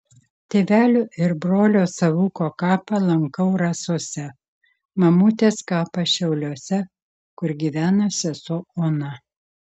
tėvelio ir brolio savuko kapą lankau rasose mamutės kapą šiauliuose kur gyvena sesuo ona